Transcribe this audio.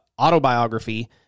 autobiography